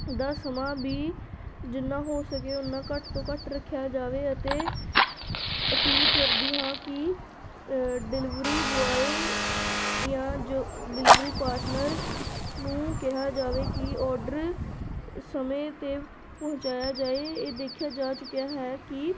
ਦਾ ਸਮਾਂ ਵੀ ਜਿੰਨਾਂ ਹੋ ਸਕੇ ਉੱਨਾਂ ਘੱਟ ਹੋ ਘੱਟ ਰੱਖਿਆ ਜਾਵੇ ਅਤੇ ਅਪੀਲ ਕਰਦੀ ਹਾਂ ਕਿ ਡਿਲੀਵਰੀ ਬੋਆਏ ਜਾਂ ਜੋ ਡਿਲੀਵਰੀ ਪਾਰਟਨਰ ਨੂੰ ਕਿਹਾ ਜਾਵੇ ਕਿ ਔਡਰ ਸਮੇਂ 'ਤੇ ਪਹੁੰਚਾਇਆ ਜਾਏ ਇਹ ਦੇਖਿਆ ਜਾ ਚੁੱਕਿਆ ਹੈ ਕਿ